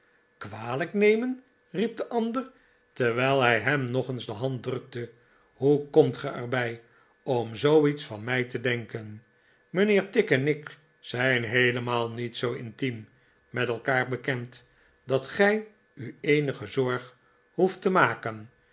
kwalijk nemen riep de ander terwijl hij hem nog eens de hand drukte hoe komt ge er bij om zooiets van mij te denken mijnheer tigg en ik zijn heelemaal niet zoo intiem met elkaar bekend dat gij u eenige zorg hoeft te maken